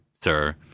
sir